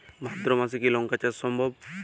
ভাদ্র মাসে কি লঙ্কা চাষ সম্ভব?